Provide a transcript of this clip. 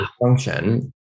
function